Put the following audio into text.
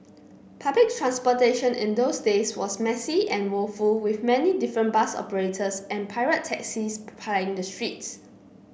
public transportation in those days was messy and woeful with many different bus operators and pirate taxis plying the streets